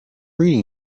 reading